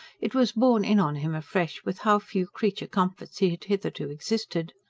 it was borne in on him afresh with how few creature-comforts he had hitherto existed.